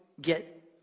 get